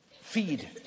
Feed